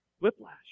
Whiplash